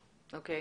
בסדר.